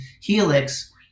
Helix